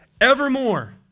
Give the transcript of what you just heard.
Evermore